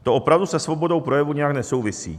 To opravdu se svobodou projevu nijak nesouvisí.